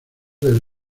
del